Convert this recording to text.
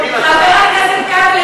חבר הכנסת כבל,